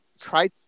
Try